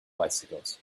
bicycles